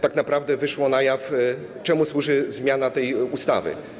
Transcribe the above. Tak naprawdę wyszło na jaw, czemu służy zmiana tej ustawy.